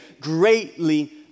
greatly